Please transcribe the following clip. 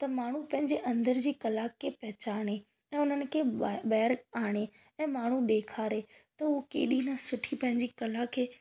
त माण्हू पंहिंजे अंदर जी कला खे पहचाने ऐं उन्हनि खे ॿ ॿाहिरि आणे ऐं माण्हू ॾेखारे त उहो केॾी न सुठी पंहिंजी कला खे